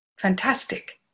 fantastic